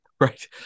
right